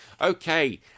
Okay